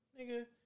Nigga